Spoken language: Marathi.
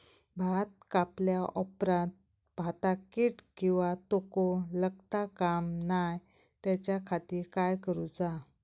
भात कापल्या ऑप्रात भाताक कीड किंवा तोको लगता काम नाय त्याच्या खाती काय करुचा?